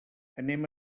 anem